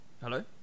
Hello